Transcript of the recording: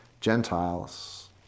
Gentiles